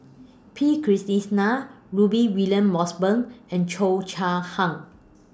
P Krishnan Rudy William Mosbergen and Cheo Chai Hiang